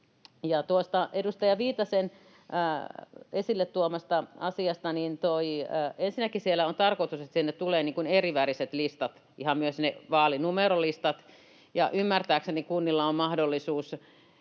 edustaja Viitasen esille tuomasta asiasta: Ensinnäkin on tarkoitus, että sinne tulee eriväriset listat, ihan myös ne vaalinumerolistat. Ymmärtääkseni kunnilla on mahdollisuus